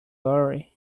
lottery